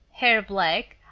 hair black,